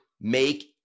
make